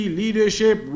leadership